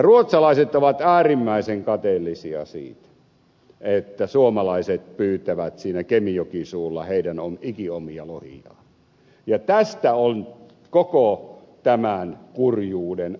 ruotsalaiset ovat äärimmäisen kateellisia siitä että suomalaiset pyytävät siinä kemijokisuulla heidän ikiomia lohiaan ja tästä on koko tämän kurjuuden alku ja loppu